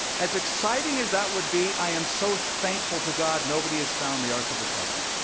as exciting as that would be, i am so thankful to god nobody has found the ark of the covenant.